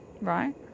Right